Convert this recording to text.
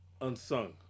unsung